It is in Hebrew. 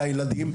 לילדים,